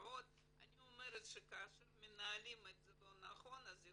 אני אומרת שכאשר מנהלים את זה לא נכון יכול